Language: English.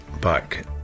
back